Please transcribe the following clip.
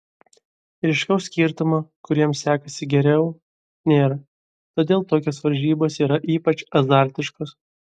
ryškaus skirtumo kuriems sekasi geriau nėra todėl tokios varžybos yra ypač azartiškos